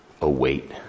await